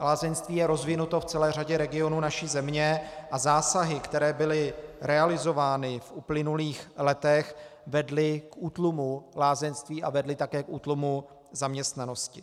Lázeňství je rozvinuto v celé řadě regionů naší země a zásahy, které byly realizovány v uplynulých letech, vedly k útlumu lázeňství a vedly také k útlumu zaměstnanosti.